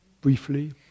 Briefly